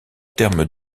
terme